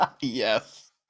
Yes